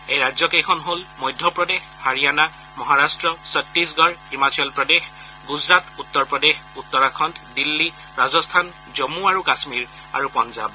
এই ৰাজ্যকেইখন হল মধ্যপ্ৰদেশ হাৰিয়ানা মহাৰাট্ট ছট্টিশগড় হিমাচল প্ৰদেশ গুজৰাট উত্তৰপ্ৰদেশ উত্তৰাখণ্ড দিল্লী ৰাজস্থান জম্মু আৰু কাশ্মীৰ আৰু পঞ্জাৱ